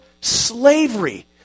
slavery